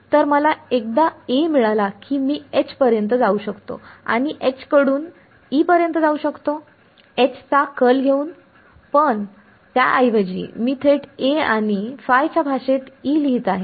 तर मला एकदा A मिळाला की मी H पर्यंत जाऊ शकतो आणि H कडून E पर्यंत जाऊ शकतो H चा कर्ल घेऊन परंतु त्याऐवजी मी थेट A आणि ϕ च्या भाषेत E लिहित आहे